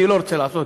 אני לא רוצה לעשות